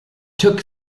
took